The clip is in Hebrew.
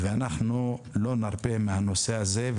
ואנחנו לא נרפה מהנושא הזה.